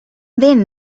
then